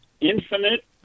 infinite